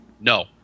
No